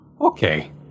okay